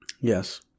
Yes